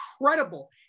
incredible